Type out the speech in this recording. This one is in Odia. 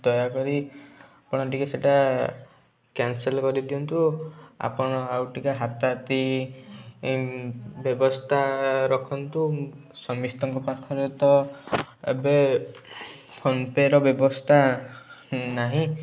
ଦୟାକରି ଆପଣ ଟିକେ ସେଇଟା କ୍ୟାନସଲ୍ କରିଦିଅନ୍ତୁ ଆପଣ ଆଉ ଟିକେ ହାତାହାତି ବ୍ୟବସ୍ଥା ରଖନ୍ତୁ ସମସ୍ତଙ୍କ ପାଖରେ ତ ଏବେ ଫୋନ୍ ପେର ବ୍ୟବସ୍ଥା ନାହିଁ